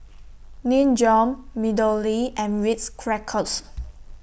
Nin Jiom Meadowlea and Ritz Crackers